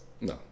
No